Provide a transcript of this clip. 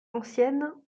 ancienne